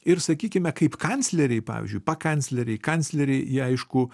ir sakykime kaip kancleriai pavyzdžiui pakancleriai kancleriai jie aišku